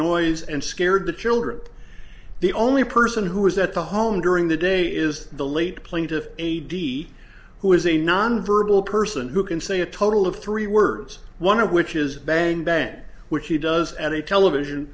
noise and scared the children the only person who was at the home during the day is the late plaintiff a d who is a non verbal person who can say a total of three words one of which is bang bang which he does at a television